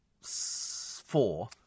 four